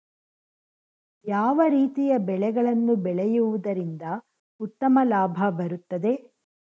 ಯಾವ ರೀತಿಯ ಬೆಳೆಗಳನ್ನು ಬೆಳೆಯುವುದರಿಂದ ಉತ್ತಮ ಲಾಭ ಬರುತ್ತದೆ?